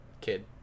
kid